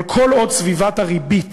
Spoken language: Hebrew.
אבל כל עוד סביבת הריבית